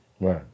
Right